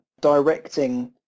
directing